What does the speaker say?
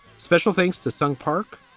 special thanks to sung park,